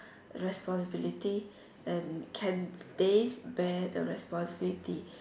responsibility and can they bear the responsibility